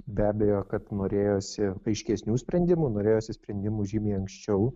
be abejo kad norėjosi aiškesnių sprendimų norėjosi sprendimų žymiai anksčiau